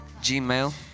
Gmail